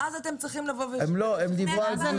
-- אז אתם צריכים לבוא לפה, לגרוע בפני הוועדה